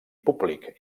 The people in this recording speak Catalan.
públic